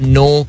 no